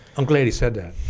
i'm glad he said that